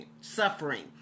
suffering